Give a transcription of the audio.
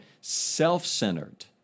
self-centered